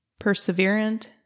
perseverant